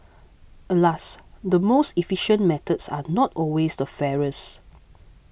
alas the most efficient methods are not always the fairest